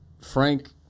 Frank